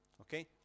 Okay